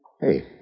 Hey